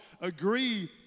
agree